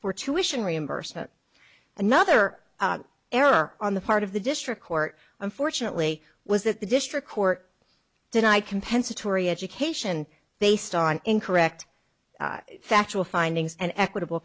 for tuition reimbursement another error on the part of the district court unfortunately was that the district court denied compensatory education based on incorrect factual findings and equitable